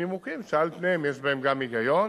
מנימוקים שעל פניהם יש בהם גם היגיון,